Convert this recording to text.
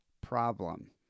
problem